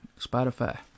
Spotify